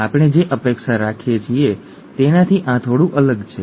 આપણે જે અપેક્ષા રાખીએ છીએ તેનાથી આ થોડું અલગ છે